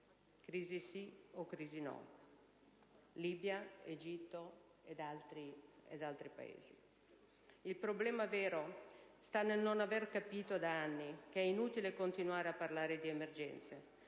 crisi sì o crisi no; Libia, Egitto o altri Paesi. Il problema vero sta nel non aver capito, da anni, che è inutile continuare a parlare di emergenze.